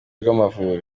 rw’amavubi